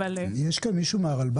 אבל --- יש כאן מישהו מהרלב"ד?